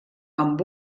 amb